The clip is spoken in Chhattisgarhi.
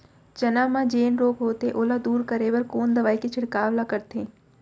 चना म जेन रोग होथे ओला दूर करे बर कोन दवई के छिड़काव ल करथे?